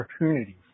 opportunities